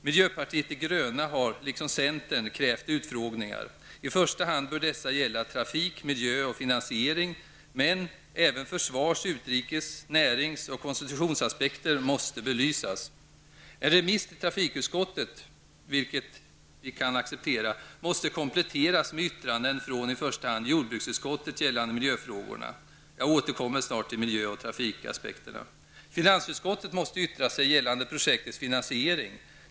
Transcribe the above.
Miljöpartiet de gröna har liksom centern krävt utfrågningar. I första hand bör dessa gälla trafik, miljö och finansiering, men även försvars-, utrikes-, närings och konstitutionsaspekter måste belysas. En remiss till trafikutskottet, vilket vi kan acceptera, måste kompletteras med yttranden från i första hand jordbruksutskottet gällande miljöfrågorna. Jag återkommer snart till miljö och trafikaspekterna. Finansutskottet måste yttra sig gällande projektets finansiering.